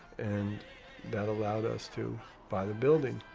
and that allowed us to buy the building.